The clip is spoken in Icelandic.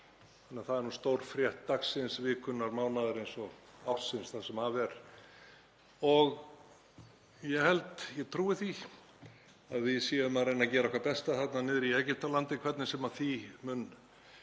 eru. Það er nú stórfrétt dagsins, vikunnar, mánaðarins og ársins það sem af er. Ég trúi því að við séum að reyna að gera okkar besta þarna niðri í Egyptalandi, hvernig sem því mun